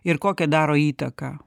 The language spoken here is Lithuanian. ir kokią daro įtaką